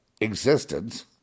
existence